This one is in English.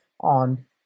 on